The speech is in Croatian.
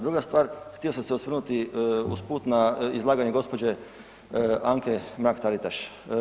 Druga stvar, htio sam se osvrnuti usput na izlaganje gđe. Anke Mrak-Taritaš.